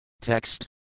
TEXT